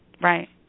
right